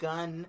Gun